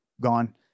gone